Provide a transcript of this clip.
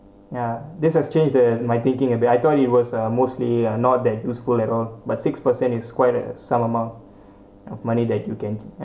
ya this had changed the my thinking a bit I thought it was uh mostly uh not that useful at all but six percent is quite a some amount of money that you can